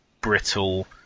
brittle